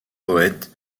poètes